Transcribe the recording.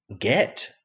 get